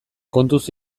kontuz